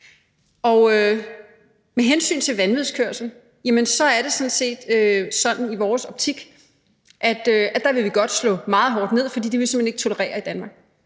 Med hensyn til vanvidskørsel er det sådan i vores optik, at det vil vi godt slå meget hårdt ned på, for det vil vi simpelt hen ikke tolerere i Danmark.